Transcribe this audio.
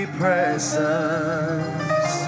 presence